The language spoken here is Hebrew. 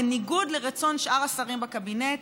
בניגוד לרצון שאר השרים בקבינט,